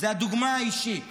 הדוגמה האישית,